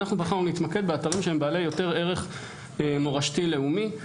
אנחנו בחרנו להתמקד באתרים שהם בעלי יותר ערך מורשתי לאומי,